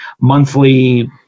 monthly